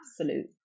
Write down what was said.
absolute